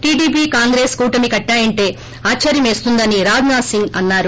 TDP Congress కూటమి కట్టాయంటే ఆశ్చర్యమేస్తోందని రాజనాత్ సింగ్ అన్నారు